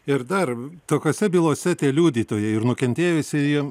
ir dar tokiose bylose tie liudytojai ir nukentėjusieji